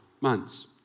months